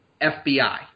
FBI